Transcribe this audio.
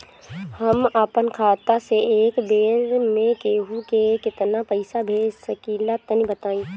हम आपन खाता से एक बेर मे केंहू के केतना पईसा भेज सकिला तनि बताईं?